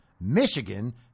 Michigan